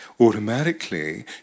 automatically